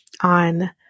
on